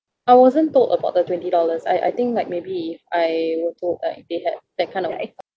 I wasn't told about the twenty dollars I I think like maybe if I were told like they had like that kind of